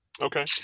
Okay